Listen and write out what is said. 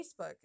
Facebook